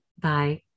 Bye